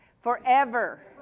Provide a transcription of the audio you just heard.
forever